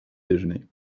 déjeuner